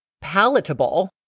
palatable